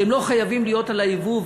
שהם לא חייבים להיות על הייבוא,